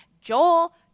Joel